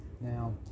Now